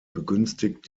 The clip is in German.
begünstigt